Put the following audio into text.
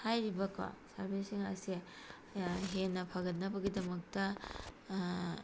ꯍꯥꯏꯔꯤꯕꯀꯣ ꯁꯔꯚꯤꯁꯁꯤꯡ ꯑꯁꯦ ꯍꯦꯟꯅ ꯐꯒꯠꯅꯕꯒꯤꯗꯃꯛꯇ